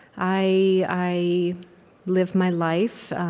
i live my life